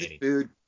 Food